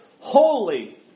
holy